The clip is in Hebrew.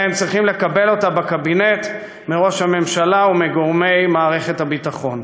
אלא הם צריכים לקבל אותה בקבינט מראש הממשלה ומגורמי מערכת הביטחון.